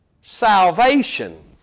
salvation